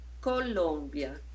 Colombia